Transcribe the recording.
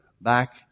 back